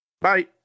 bye